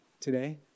today